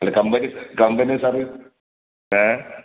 അല്ല company company service ഏഹ്